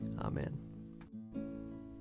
Amen